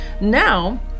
now